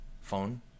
phone